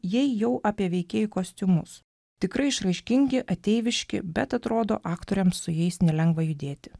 jei jau apie veikėjų kostiumus tikrai išraiškingi ateiviški bet atrodo aktoriams su jais nelengva judėti